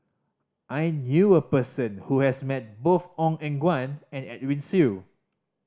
I knew a person who has met both Ong Eng Guan and Edwin Siew